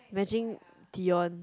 imagine Dion